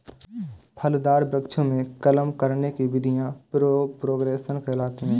फलदार वृक्षों में कलम करने की विधियां प्रोपेगेशन कहलाती हैं